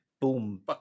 boom